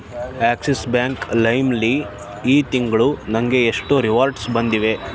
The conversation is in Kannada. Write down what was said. ಆಕ್ಸಿಸ್ ಬ್ಯಾಂಕ್ ಲೈಮ್ಲಿ ಈ ತಿಂಗಳು ನನಗೆ ಎಷ್ಟು ರಿವಾರ್ಡ್ಸ್ ಬಂದಿವೆ